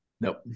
Nope